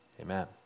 Amen